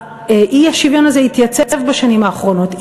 האי-שוויון הזה התייצב בשנים האחרונות.